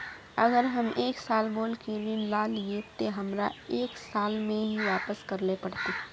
अगर हम एक साल बोल के ऋण लालिये ते हमरा एक साल में ही वापस करले पड़ते?